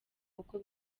uko